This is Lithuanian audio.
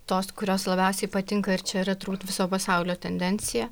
tos kurios labiausiai patinka ir čia yra turbūt viso pasaulio tendencija